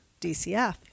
DCF